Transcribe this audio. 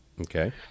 Okay